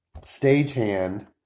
stagehand